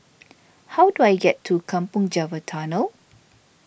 how do I get to Kampong Java Tunnel